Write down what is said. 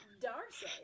Darcy